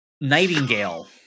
Nightingale